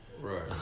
Right